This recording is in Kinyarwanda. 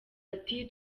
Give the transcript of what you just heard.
ati